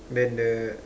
then the